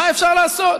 מה אפשר לעשות?